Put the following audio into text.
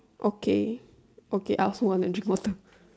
okay okay I also want to drink water